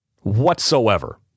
whatsoever